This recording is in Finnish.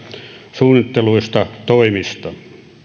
suunnitelluista toimista